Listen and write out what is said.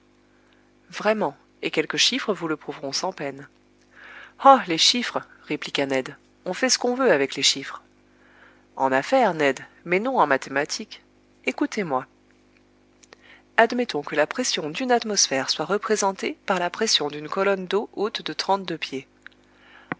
vraiment et quelques chiffres vous le prouveront sans peine oh les chiffres répliqua ned on fait ce qu'on veut avec les chiffres en affaires ned mais non en mathématiques écoutez-moi admettons que la pression d'une atmosphère soit représentée par la pression d'une colonne d'eau haute de trente-deux pieds